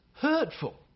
Hurtful